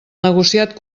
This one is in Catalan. negociat